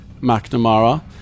McNamara